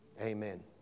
Amen